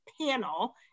panel